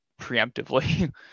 preemptively